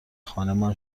خانمان